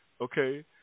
okay